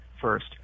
first